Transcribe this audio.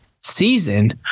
season